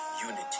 unity